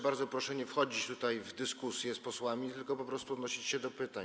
Bardzo proszę nie wchodzić w dyskusję z posłami, tylko po prostu odnosić się do pytań.